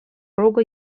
рога